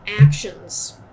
actions